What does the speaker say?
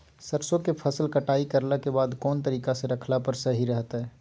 सरसों के फसल कटाई करला के बाद कौन तरीका से रखला पर सही रहतय?